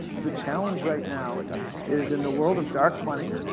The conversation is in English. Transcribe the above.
the challenge right now is, in the world of dark money,